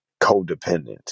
codependent